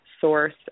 source